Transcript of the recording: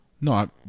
No